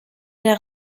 der